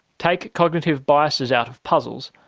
take cognitive biases out of puzzles,